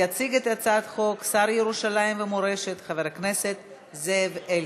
יציג את הצעת החוק השר לירושלים ומורשת חבר הכנסת זאב אלקין.